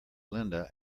linda